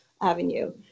avenue